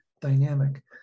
dynamic